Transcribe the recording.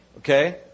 Okay